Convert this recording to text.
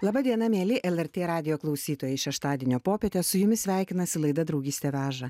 laba diena mieli lrt radijo klausytojai šeštadienio popietę su jumis sveikinasi laida draugystė veža